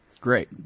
Great